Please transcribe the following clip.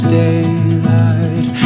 daylight